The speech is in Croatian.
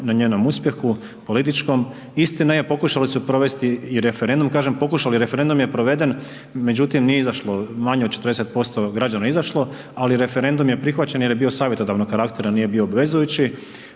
na njenom uspjehu, političkom, istina je, pokušali su provesti i referendum, kažem pokušali, referendum je proveden međutim, nije izašlo, manje od 40% građana je izašlo, ali referendum je prihvaćen jer je bio savjetodavnog karaktera, nije bio obvezujući